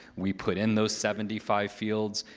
we put in those seventy five fields.